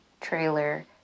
trailer